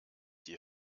die